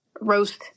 roast